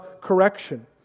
correction